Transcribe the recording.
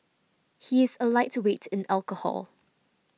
he is a lightweight in alcohol